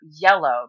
yellow